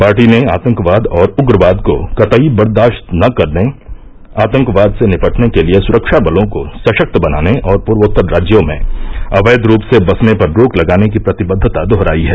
party ने आतंकवाद और उग्रवाद को कतई बर्दाश्त न करने आतंकवाद से निपटने के लिए सुरक्षा बलो को सशक्त बनाने और पूर्वोत्तर राज्यों में अवैध रूप से बसने पर रोक लगाने की प्रतिबद्वता दोहराई है